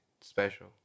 special